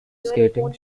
skating